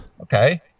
Okay